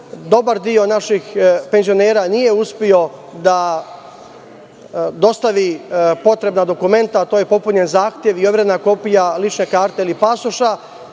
Dobar deo naših penzionera nije uspeo da dostavi potrebna dokumenta, a to je popunjen zahtev i overena kopija lične karte ili pasoša.